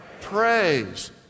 Praise